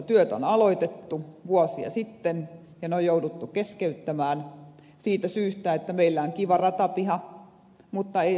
siellä on aloitettu työt vuosia sitten ja ne on jouduttu keskeyttämään siitä syystä että vaikka meillä on kiva ratapiha ei ole raiteita